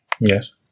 Yes